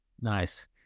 Nice